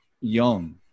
young